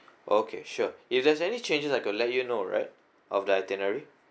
okay sure if there's any changes I could let you know right of the itinerary